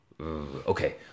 Okay